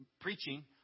preaching